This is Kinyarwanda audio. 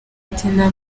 tina